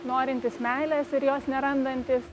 norintys meilės ir jos nerandantys